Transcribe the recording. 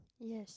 Yes